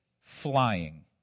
flying